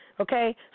Okay